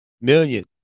million